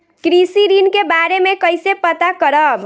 कृषि ऋण के बारे मे कइसे पता करब?